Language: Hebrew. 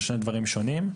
שהם שני דברים שונים.